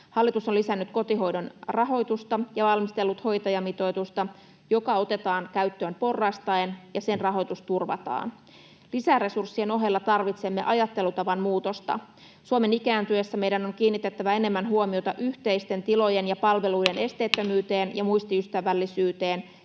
Hallitus on lisännyt kotihoidon rahoitusta ja valmistellut hoitajamitoitusta, joka otetaan käyttöön porrastaen, ja sen rahoitus turvataan. Lisäresurssien ohella tarvitsemme ajattelutavan muutosta. Suomen ikääntyessä meidän on kiinnitettävä enemmän huomiota yhteisten tilojen ja palveluiden esteettömyyteen